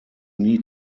need